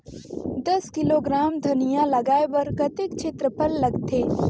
दस किलोग्राम धनिया लगाय बर कतेक क्षेत्रफल लगथे?